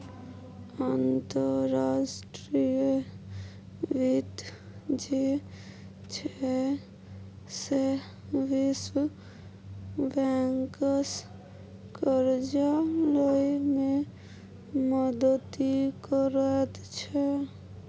अंतर्राष्ट्रीय वित्त जे छै सैह विश्व बैंकसँ करजा लए मे मदति करैत छै